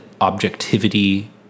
objectivity